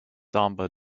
samba